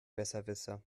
besserwisser